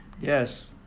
Yes